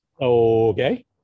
okay